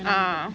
ah